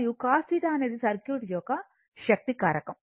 మరియు cos θ అనేది circuit యొక్క శక్తి కారకం